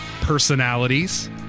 personalities